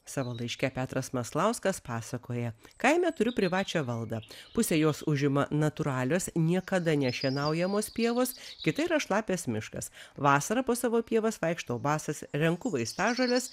savo laiške petras maslauskas pasakoja kaime turiu privačią valdą pusė jos užima natūralios niekada nešienaujamos pievos kita yra šlapias miškas vasarą po savo pievas vaikštau basas renku vaistažoles